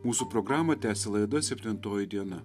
mūsų programą tęsia laida septintoji diena